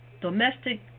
Domestic